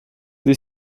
the